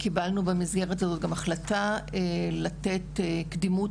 קיבלנו במסגרת הזאת גם החלטה לתת קדימות